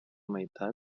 meitat